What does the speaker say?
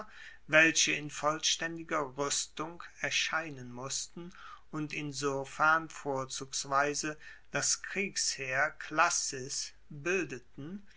welche in vollstaendiger ruestung erscheinen mussten und insofern vorzugsweise das kriegsheer classis bildeten